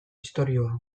istorioa